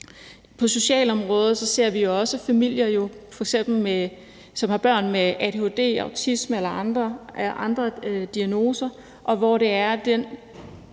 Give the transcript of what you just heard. På socialområdet ser vi også familier, som f.eks. har børn med adhd, autisme eller andre diagnoser, og den